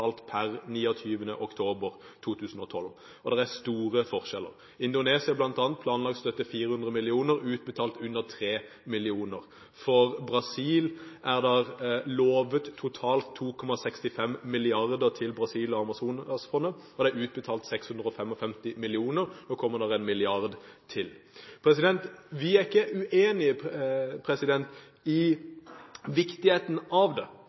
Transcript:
per 29. oktober 2012. Og det er store forskjeller: I Indonesia, bl.a., er det planlagt en støtte på 400 mill. kr, og det er utbetalt under 3 mill. kr. For Brasil er det «lovet» totalt 2,65 mrd. kr til Brasil og Amazonasfondet, og det er utbetalt 655 mill. kr. Nå kommer det en milliard til. Vi er ikke uenige i viktigheten av